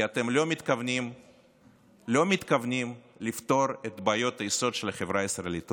כי אתם לא מתכוונים לפתור את בעיות היסוד של החברה הישראלית.